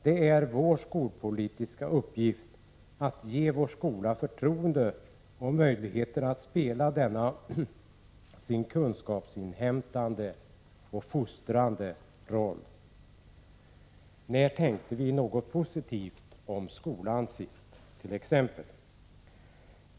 Det är vår skolpolitiska uppgift att ge vår skola förtroende och möjligheter att spela denna sin kunskapsinhämtande och fostrande roll. När tänkte vi t.ex. något positivt om skolan senast?